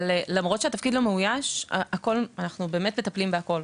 למרות שהתפקיד לא מאויש, אנחנו מטפלים בכול.